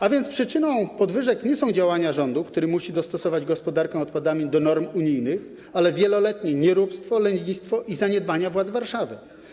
A więc przyczyną podwyżek nie są działania rządu, który musi dostosować gospodarkę odpadami do norm unijnych, ale wieloletnie nieróbstwo, lenistwo i zaniedbania władz Warszawy.